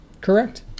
Correct